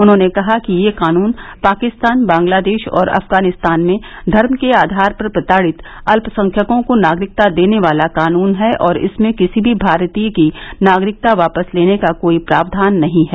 उन्होंने कहा कि यह कानून पाकिस्तान बांग्लादेश और अफगानिस्तान में धर्म के आधार पर प्रताड़ित अल्पसंख्यकों को नागरिकता देने वाला कानून है और इसमें किसी भी भारतीय की नागरिकता वापस लेने का कोई प्रावधान नहीं है